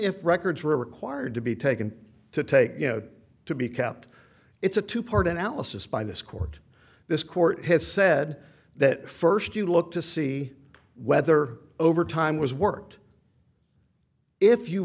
if records were required to be taken to take you know to be kept it's a two part analysis by this court this court has said that first you look to see whether overtime was worked if you